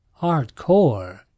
Hardcore